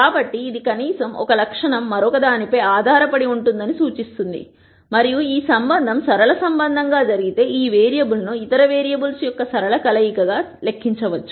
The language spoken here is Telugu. కాబట్టి ఇది కనీసం ఒక లక్షణం మరొకదానిపై ఆధారపడి ఉంటుందని సూచిస్తుంది మరియు ఈ సంబంధం సరళ సంబంధంగా జరిగితే ఈ వేరియబుల్ను ఇతర వేరియబుల్స్ యొక్క సరళ కలయికగా లెక్కించవచ్చు